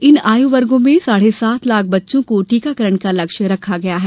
इन आयु वर्गो में साढ़े सात लाख बच्चों को टीकाकरण का लक्ष्य रखा गया है